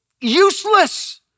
useless